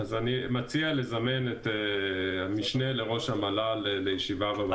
אני מציע לזמן את המשנה לראש המל"ל לישיבה.